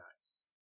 nice